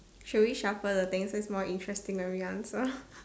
shall we shuffle the thing so its more interesting when we answer